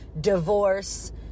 divorce